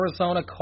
Arizona